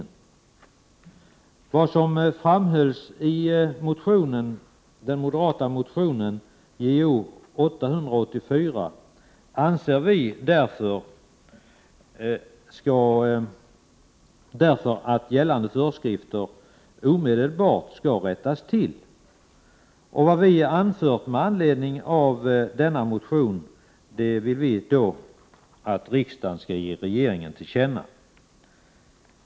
I likhet med vad som framhålls i den moderata motionen Jo884 anser vi därför att gällande föreskrifter omedelbart skall rättas till. Vad vi anfört med anledning av denna motion vill vi att riksdagen skall ge regeringen till känna.